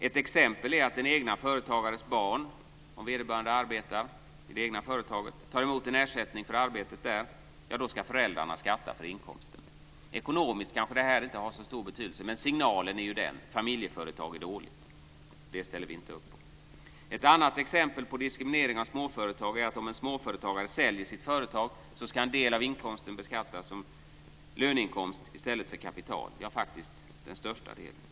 Ett exempel är att om den egna företagarens barn arbetar i företaget och tar emot en ersättning för arbetet så ska föräldrarna skatta för inkomsten. Ekonomiskt kanske detta inte har så stor betydelse, men signalen är ju: Familjeföretag är dåligt. Det ställer vi inte upp på. Ett annat exempel på diskriminering av småföretag är att om en småföretagare säljer sitt företag, ska större delen av inkomsten beskattas som löneinkomst i stället för som inkomst av kapital.